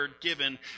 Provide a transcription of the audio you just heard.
Given